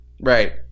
Right